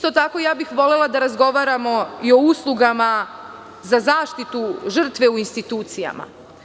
Volela bih da razgovaramo i o uslugama za zaštitu žrtve u institucijama.